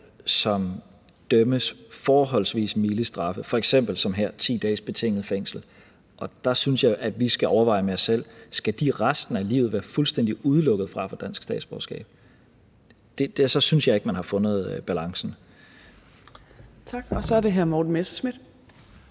som idømmes forholdsvis milde straffe – f.eks. som her 10 dages betinget fængsel. Og der synes jeg, at vi skal overveje med os selv: Skal de resten af livet være fuldstændig udelukket fra at få dansk statsborgerskab? Og så synes jeg ikke, man har fundet balancen. Kl. 13:33 Fjerde næstformand (Trine